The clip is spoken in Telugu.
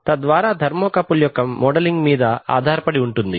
తద్వారా ఇది థర్మోకపుల్ యొక్క మోడలింగ్ మీద ఆధారపడి ఉంటుంది